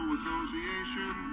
Association